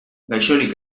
gaixorik